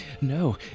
No